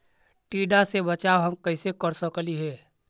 टीडा से बचाव हम कैसे कर सकली हे?